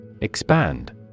Expand